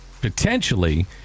potentially